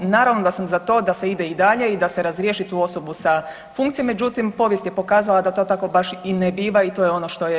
Naravno da sam za to da se ide i dalje i da se razriješi tu osobu sa funkcije, međutim povijest je pokazala da to tako baš i ne biva i to je ono što je zabrinjavajuće.